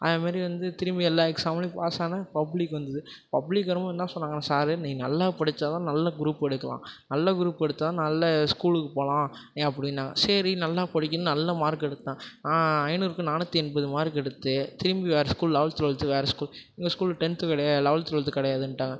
அதே மாரி வந்து திரும்பி எல்லா எக்ஸாம்லையும் பாஸ் ஆனேன் பப்ளிக் வந்துது பப்ளிக் வரும் போது என்ன சொன்னாங்கன்னா சாரு நீ நல்லா படிச்சால் தான் நல்ல குரூப் எடுக்கலாம் நல்ல குரூப் எடுத்தால் நல்ல ஸ்கூலுக்கு போகலாம் நீ அப்படின்னாங்க சரி நல்லா படிக்கணும் நல்ல மார்க் எடுத்தேன் நான் ஐநூறுக்கு நானூற்றி என்பது மார்க் எடுத்து திரும்பி வேறு ஸ்கூல் லெவல்த் டுவெல்த் வேறு ஸ்கூல் எங்கள் ஸ்கூலில் டென்த்து கிடையாது லெவல்த்து டுவெல்த்து கிடையாதுன்ட்டாங்க